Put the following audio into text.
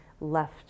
left